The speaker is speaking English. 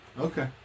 Okay